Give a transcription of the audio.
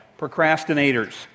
procrastinators